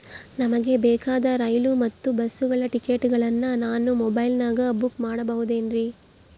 ನಮಗೆ ಬೇಕಾದ ರೈಲು ಮತ್ತ ಬಸ್ಸುಗಳ ಟಿಕೆಟುಗಳನ್ನ ನಾನು ಮೊಬೈಲಿನಾಗ ಬುಕ್ ಮಾಡಬಹುದೇನ್ರಿ?